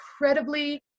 incredibly